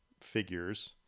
figures